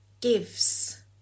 gives